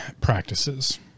practices